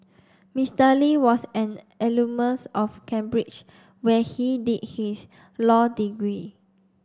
Mister Lee was an alumnusof Cambridge where he did his law degree